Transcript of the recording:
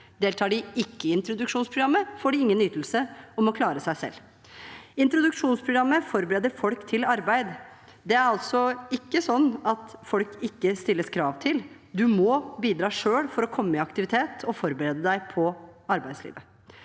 Deltar de ikke i introduksjonsprogrammet, får de ingen ytelse og må klare seg selv. Introduksjonsprogrammet forbereder folk til arbeid. Det er altså ikke sånn at folk ikke stilles krav til. Man må bidra selv for å komme i aktivitet og forberede seg på arbeidslivet.